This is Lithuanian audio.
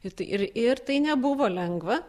ir tai ir ir tai nebuvo lengva